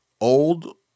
old